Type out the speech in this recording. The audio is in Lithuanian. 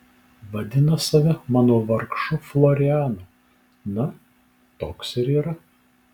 vadina save mano vargšu florianu na toks ir yra